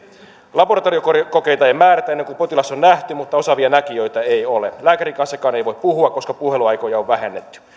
laboratoriokokeita ei määrätä ennen kuin potilas on nähty mutta osaavia näkijöitä ei ole lääkärin kanssakaan ei voi puhua koska puheluaikoja on vähennetty